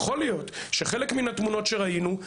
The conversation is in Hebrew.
יכול להיות שחלק מהתמונות שראינו,